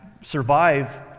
survive